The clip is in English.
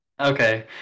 Okay